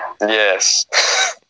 Yes